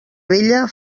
vella